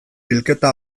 bilketa